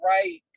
Right